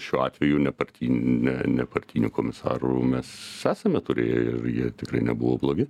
šiuo atveju nepartine nepartinių komisarų mes esame turėję ir jie tikrai nebuvo blogi